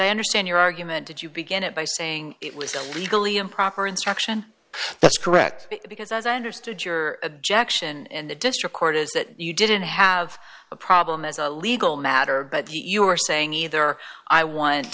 i understand your argument did you begin it by saying it was illegally improper instruction that's correct because as i understood your objection and the district court is that you didn't have a problem as a legal matter but you are saying either i